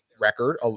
record